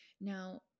Now